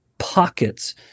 pockets